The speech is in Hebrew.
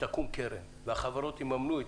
שתקום קרן והחברות יממנו את